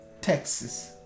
Texas